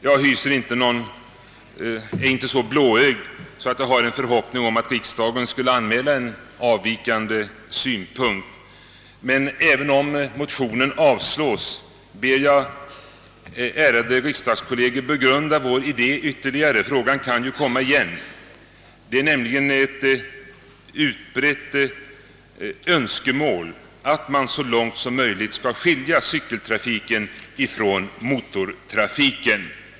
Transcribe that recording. Jag är inte så blåögd att jag hyser någon förhoppning om att riksdagen kommer att anmäla någon avvikande synpunkt, men även om motionen avslås ber jag de ärade riksdagskollegerna att ytterligare begrunda vår idé — frågan kan komma tillbaka. Det är nämligen ett utbrett önskemål att man så långt som möjligt skall skilja cykeltrafiken från motortrafiken.